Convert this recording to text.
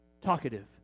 talkative